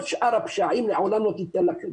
כל שאר הפשעים היא לעולם לא תיתן לכם